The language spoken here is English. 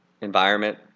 environment